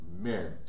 Amen